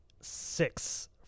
six